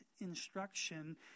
instruction